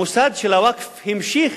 המוסד של הווקף המשיך